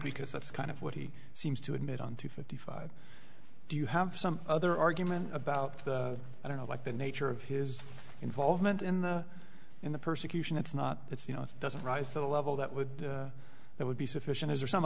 because that's kind of what he seems to admit on two fifty five do you have some other argument about i don't know what the nature of his involvement in the in the persecution it's not it's you know it doesn't rise to the level that would that would be sufficient is there some